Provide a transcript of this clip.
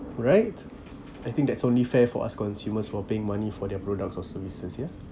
right I think that's only fair for us consumers for paying money for their products or services ya